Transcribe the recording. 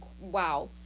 wow